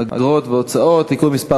אגרות והוצאות (תיקון מס'